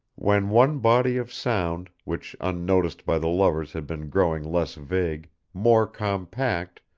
when one body of sound, which unnoticed by the lovers had been growing less vague, more compact,